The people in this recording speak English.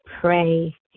pray